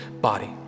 body